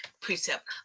precept